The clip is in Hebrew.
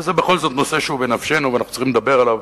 וזה בכל זאת נושא שהוא בנפשנו ואנחנו צריכים לדבר עליו.